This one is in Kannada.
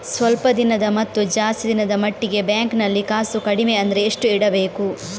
ಸ್ವಲ್ಪ ದಿನದ ಮತ್ತು ಜಾಸ್ತಿ ದಿನದ ಮಟ್ಟಿಗೆ ಬ್ಯಾಂಕ್ ನಲ್ಲಿ ಕಾಸು ಕಡಿಮೆ ಅಂದ್ರೆ ಎಷ್ಟು ಇಡಬೇಕು?